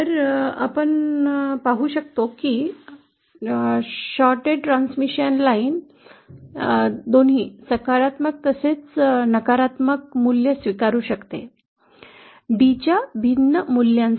तर आपण पाहू शकतो की शॉर्ट ट्रान्समिशन लाइन दोन्ही सकारात्मक तसेच नकारात्मक मूल्ये स्वीकारू शकते d च्या भिन्न मूल्यांसाठी